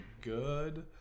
good